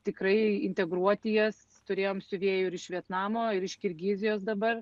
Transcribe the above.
tikrai integruoti jas turėjom siuvėjų ir iš vietnamo ir iš kirgizijos dabar